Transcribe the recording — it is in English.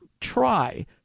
try